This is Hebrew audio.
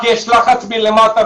כי יש לחץ מלמטה,